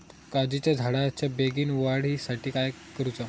काजीच्या झाडाच्या बेगीन वाढी साठी काय करूचा?